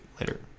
later